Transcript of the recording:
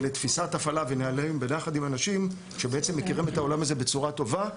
תפיסת הפעלה ונהלים ביחד עם אנשים שבעצם מכירים את העולם הזה בצורה טובה.